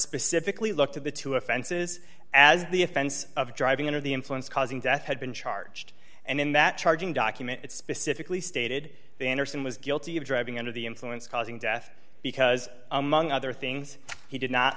specifically looked at the two offenses as the offense of driving under the influence causing death had been charged and in that charging document it specifically stated the anderson was guilty of driving under the influence causing death because among other things he did not